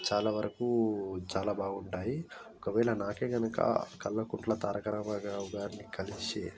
చాలావరకు చాలా బాగుంటాయి ఒకవేళ నాకే కనుక కల్వకుంట్ల తారక రామారావు గారిని కలిసే